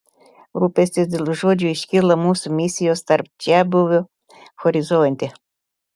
rūpestis dėl žodžio iškyla mūsų misijos tarp čiabuvių horizonte